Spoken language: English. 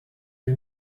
you